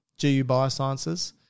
gubiosciences